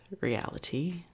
reality